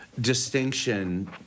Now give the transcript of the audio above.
distinction